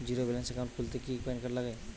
Zero balance account খুলতে কি PAN card লাগে?